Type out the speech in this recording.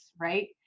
right